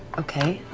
okay.